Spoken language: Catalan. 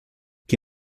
qui